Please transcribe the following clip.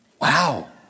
Wow